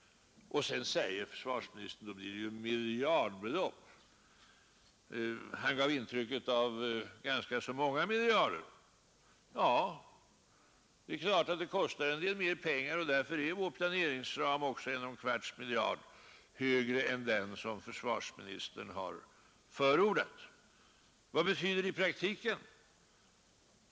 Sedan säger försvarsministern, att det blir ju miljardbelopp, och han gav intryck av att det rörde sig om ganska så många miljarder. Ja, det är klart att vår linje kostar en del mer pengar, och därför är vår planeringsram också 1,25 miljarder högre än den som försvarsministern har förordat. Några flermiljarder är det inte fråga om. Vad betyder vår linje i praktiken?